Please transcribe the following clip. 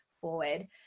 forward